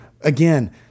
again